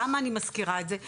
למה אני מזכירה את זה?